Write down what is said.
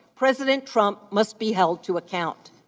president trump must be held to account.